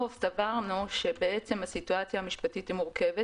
אנחנו סברנו שהסיטואציה המשפטית היא מורכבת.